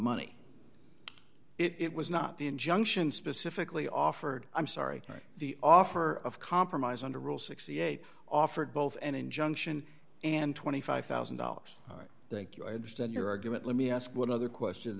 money it was not the injunction specifically offered i'm sorry the offer of compromise under rule sixty eight offered both an injunction and twenty five thousand dollars thank you i understand your argument let me ask one other question